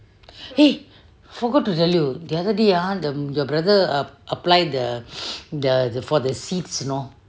!hey! forgot to tell you the other day ah the your brother apply the the for the seeds you know